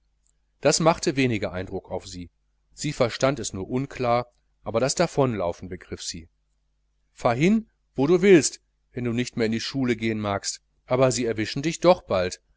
das machte weniger eindruck auf sie sie verstand es nur unklar aber das davonlaufen begriff sie fahr hin wo du willst wenn du nicht mehr in die schule gehn magst sie erwischen dich doch bald